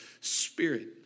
spirit